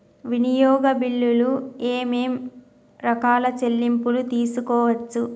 వినియోగ బిల్లులు ఏమేం రకాల చెల్లింపులు తీసుకోవచ్చు?